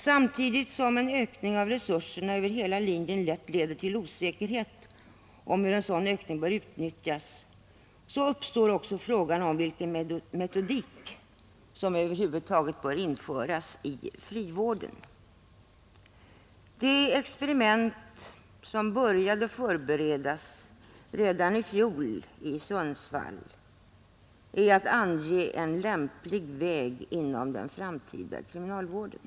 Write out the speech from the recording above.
Samtidigt som en ökning av resurserna över hela linjen lätt leder till osäkerhet om hur en sådan ökning bör utnyttjas uppstår också frågan om vilken metodik som bör införas i frivården. Det experiment som började förberedas redan i fjol i Sundsvall har till syfte att ange en lämplig väg inom den framtida kriminalvården.